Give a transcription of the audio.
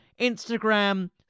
Instagram